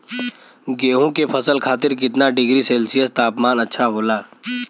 गेहूँ के फसल खातीर कितना डिग्री सेल्सीयस तापमान अच्छा होला?